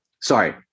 sorry